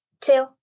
two